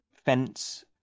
fence